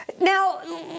Now